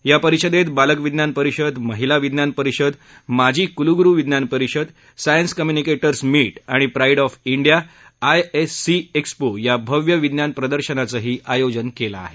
या परिषदेत बालक विज्ञान परिषद महिला विज्ञान परिषद माजी कुलगुरू विज्ञान परिषद सायन्स कम्युनिकेटर्स मीट आणि pride of India ISC expo या भव्य विज्ञान प्रदर्शनाचही आयोजन केलं आहे